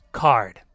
card